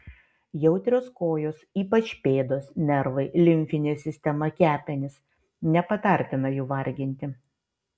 jautrios kojos ypač pėdos nervai limfinė sistema kepenys nepatartina jų varginti